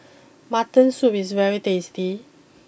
Mutton Soup is very tasty